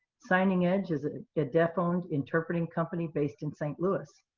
signing edge is a deaf-owned interpreting company based in st. louis.